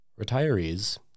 Retirees